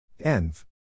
.env